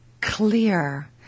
clear